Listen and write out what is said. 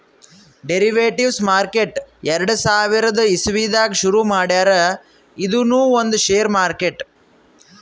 derivatives market ಎರಡ ಸಾವಿರದ್ ಇಸವಿದಾಗ್ ಶುರು ಮಾಡ್ಯಾರ್ ಇದೂನು ಒಂದ್ ಷೇರ್ ಮಾರ್ಕೆಟ್